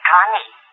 Connie